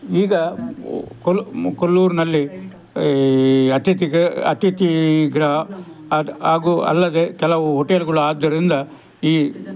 ಈಗ ಕೊಲ್ಲೂರಿನಲ್ಲಿ ಈ ಅತಿಥಿ ಗೃಹ ಅತಿಥಿ ಗೃಹ ಅದು ಹಾಗೂ ಅಲ್ಲದೆ ಕೆಲವು ಹೋಟೇಲ್ಗಳು ಆದ್ದರಿಂದ ಈ